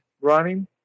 running